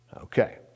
Okay